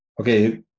okay